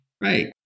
Right